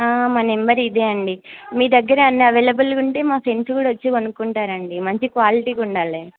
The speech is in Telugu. మా నంబర్ ఇదే అండి మీ దగ్గర అన్నీ అవైలబుల్గా ఉంటే మా ఫ్రెండ్స్ కూడా వచ్చి కొనుక్కుంటారు అండి మంచి క్వాలిటీగా ఉండాలి